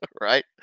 Right